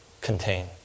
contain